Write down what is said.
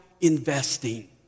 Investing